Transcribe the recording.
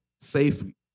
safely